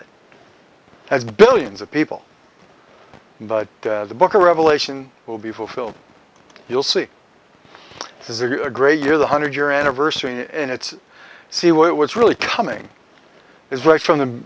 it has billions of people but the book of revelation will be fulfilled you'll see this is a great year the hundred year anniversary and it's see what was really coming is right from the